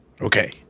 Okay